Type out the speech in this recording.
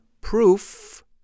proof